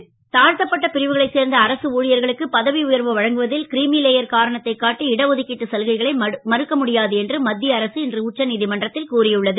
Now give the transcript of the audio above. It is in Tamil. கோட்டா தா த்தப்பட்ட பிரிவுகளைச் சேர்ந்த அரசு ஊ யர்களுக்கு பதவி உயர்வு வழங்குவ ல் கிரிமிலேயர் காரணத்தால் காட்டி இட ஒதுக்கிட்டுச் சலுகைகளை மறுக்க முடியாது என்று மத் ய அரசு இன்று உச்ச நீ மன்றத் ல் கூறியுள்ளது